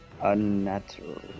unnatural